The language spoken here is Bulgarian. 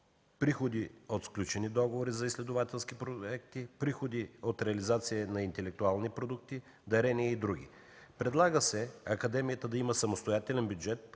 приходи от сключени договори за изследователски проекти; приходи от реализация на интелектуални продукти, дарения и други. Предлага се Академията да има самостоятелен бюджет,